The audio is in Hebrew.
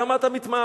למה אתה מתמהמה?